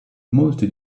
molti